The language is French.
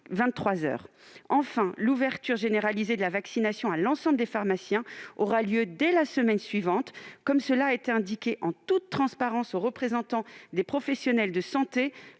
Enfin, l'ouverture généralisée de la vaccination à l'ensemble des pharmaciens aura lieu dès la semaine suivante. Comme cela a été indiqué en toute transparence aux représentants des professionnels de santé